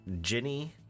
Jenny